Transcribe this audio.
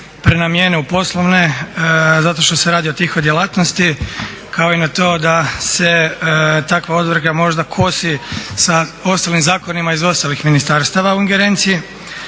prenamijene u poslovne zato što se radi o tihoj djelatnosti kao i na to da se takva odredba možda kosi sa ostalim zakonima iz ostalih ministarstava u ingerenciji.